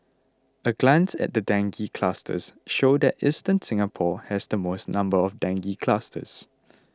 a glance at the dengue clusters show that eastern Singapore has the most number of dengue clusters